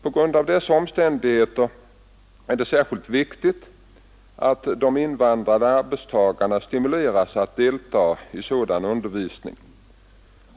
På grund av dessa omständigheter är det särskilt viktigt att de invandrade arbetstagarna stimuleras att delta i sådan undervisning.